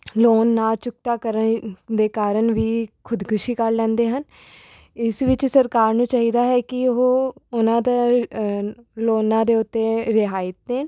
loan ਨਾ ਚੁੱਕਤਾ ਕਰਨ ਦੇ ਕਾਰਨ ਵੀ ਖੁਦਕੁਸ਼ੀ ਕਰ ਲੈਂਦੇ ਹਨ ਇਸ ਵਿੱਚ ਸਰਕਾਰ ਨੂੰ ਚਾਹੀਦਾ ਹੈ ਕਿ ਉਹ ਉਨ੍ਹਾਂ ਦੇ ਲੋਨਾਂ ਦੇ ਉੱਤੇ ਰਿਆਇਤ ਦੇਣ